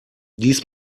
dies